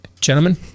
Gentlemen